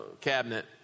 cabinet